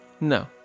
No